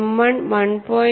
M 1 1